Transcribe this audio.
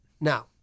Now